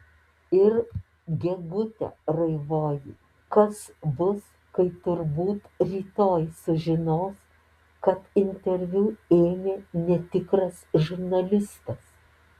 ir gegute raiboji kas bus kai turbūt rytoj sužinos kad interviu ėmė netikras žurnalistas